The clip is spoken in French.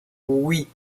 oui